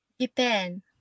Japan